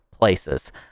places